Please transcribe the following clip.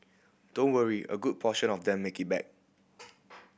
don't worry a good portion of them make it back